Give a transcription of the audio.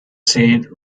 saint